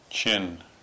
chin